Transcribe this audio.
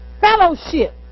Fellowship